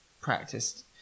practiced